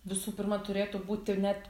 visų pirma turėtų būti net